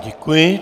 Děkuji.